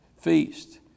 feast